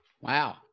Wow